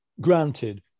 granted